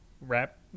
wrap